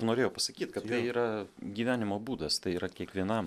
norėjau pasakyt kad tai yra gyvenimo būdas tai yra kiekvienam